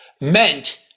meant